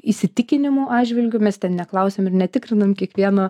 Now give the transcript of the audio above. įsitikinimų atžvilgiu mes ten neklausiam ir netikrinam kiekvieno